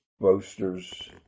boasters